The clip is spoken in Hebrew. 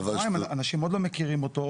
אנשים עוד לא מכירים אותו,